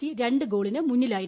C രണ്ടു ഗോളിന് മുന്നിലായിരുന്നു